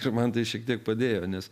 ir man tai šiek tiek padėjo nes